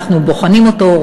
ואנחנו בוחנים אותו,